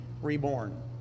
reborn